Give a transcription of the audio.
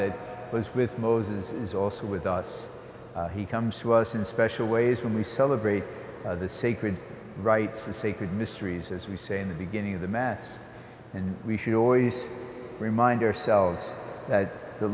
that was with moses is also with us he comes to us in special ways when we celebrate the sacred rites and sacred mysteries as we say in the beginning of the match and we should always remind ourselves that the